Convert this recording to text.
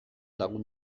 lagun